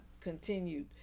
continued